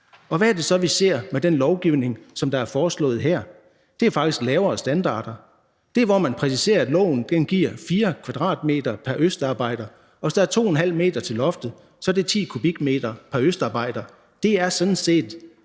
Og hvad er det så, vi ser med den lovgivning, som er foreslået her? Det er faktisk lavere standarder. Det er, hvor man præciserer, at loven giver 4 m² pr. østarbejder, og med 2½ m til loftet er det 10 m³ pr. østarbejder. Det er sådan set